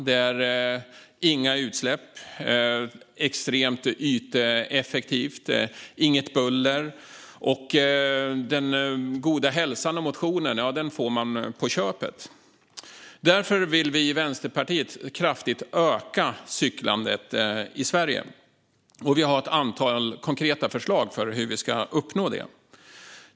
Det blir inga utsläpp, det är extremt yteffektivt och det skapar inget buller. Den goda hälsan och motionen får man på köpet. Därför vill vi i Vänsterpartiet kraftigt öka cyklandet i Sverige. Vi har ett antal konkreta förslag för hur vi ska uppnå det.